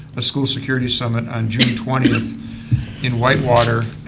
a school security seven on june twenty and whitewater,